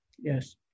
Yes